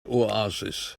oasis